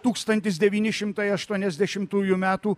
tūkstantis devyni šimtai aštuoniasdešimtųjų metų